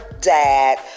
dad